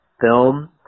film